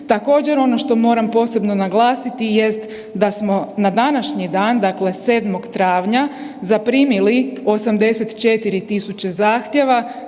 Također ono što moram posebno naglasiti jest da smo na današnji dan dakle 7.travnja zaprimili 84.000 zahtjeva